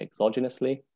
exogenously